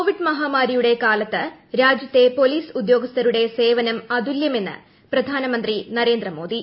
Covid മഹാമാരിയുടെ കാലത്ത് രാജ്യത്തെ പോലീസ് ഉദ്യോഗസ്ഥരുടെ സേവനം അതുല്യമാണെന്ന് പ്രധാനമന്ത്രി നരേന്ദ്രമോദി